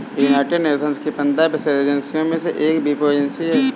United Nations की पंद्रह विशेष एजेंसियों में से एक वीपो एजेंसी है